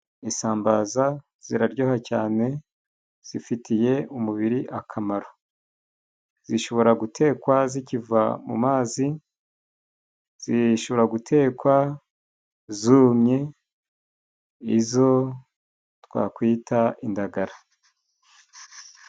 Isambaza ziraryoha cyane, zifitiye umubiri akamaro. Zishobora gutekwa zikiva mu mazi, zishobora gutekwa zumye, izo twakwita indagara.